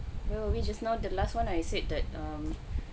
no we just now the last one I said that um